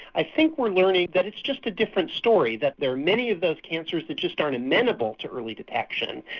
i think we're learning that it's just a different story, that there are many of those cancers that just aren't amenable to early detection.